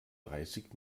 dreißig